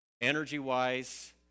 energy-wise